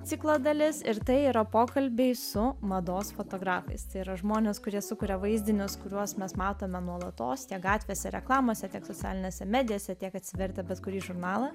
ciklo dalis ir tai yra pokalbiai su mados fotografais tai yra žmonės kurie sukuria vaizdinius kuriuos mes matome nuolatos tiek gatvėse reklamose tiek socialinėse medijose tiek atsivertę bet kurį žurnalą